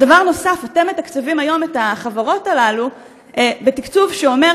דבר נוסף: אתם מתקצבים היום את החברות האלה תקצוב שאומר